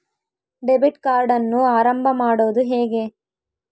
Debit ಕಾರ್ಡನ್ನು ಆರಂಭ ಮಾಡೋದು ಹೇಗೆ?